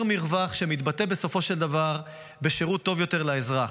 מרווח שמתבטא בסופו של דבר בשירות טוב יותר לאזרח.